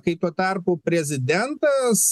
kai tuo tarpu prezidentas